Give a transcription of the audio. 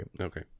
okay